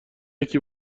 یکی